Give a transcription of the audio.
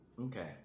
okay